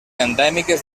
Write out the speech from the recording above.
endèmiques